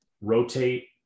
Rotate